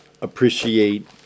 appreciate